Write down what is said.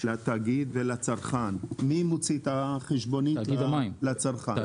לתאגיד ולצרכן מי מוציא את החשבונית לצרכן?